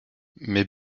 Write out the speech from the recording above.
mais